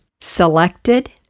selected